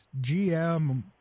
gm